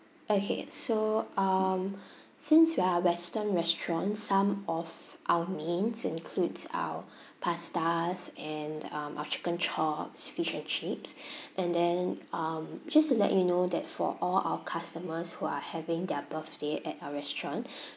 okay so um since we are western restaurants some of our mains includes our pastas and um our chicken chops fish and chips and then um just to let you know that for all our customers who are having their birthday at our restaurant